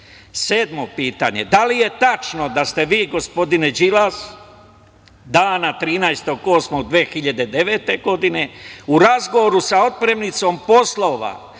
pitanje, da li je tačno da ste vi, gospodine Đilas, dana 13. avgusta 2009. godine u razgovoru sa otpremnicom poslova